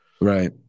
Right